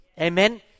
Amen